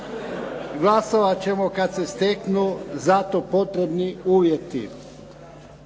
Glasovat ćemo kad se steknu za to potrebni uvjeti.